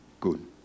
good